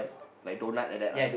like donut like that lah